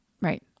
Right